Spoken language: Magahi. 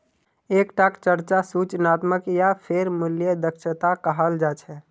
एक टाक चर्चा सूचनात्मक या फेर मूल्य दक्षता कहाल जा छे